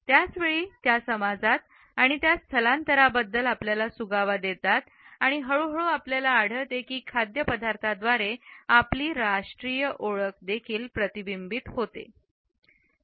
त्याच वेळी ते समाजात आणि त्या स्थलांतराबद्दल आपल्याला सुगावा देतात आणि हळूहळू आपल्याला आढळते की खाद्यपदार्थ द्वारे आपली राष्ट्रीय ओळख देखील प्रतिबिंबित होते